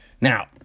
Now